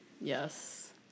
Yes